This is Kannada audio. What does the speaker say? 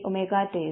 ಹೇಗೆ